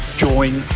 Join